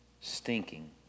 stinking